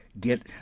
get